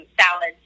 salads